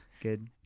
Good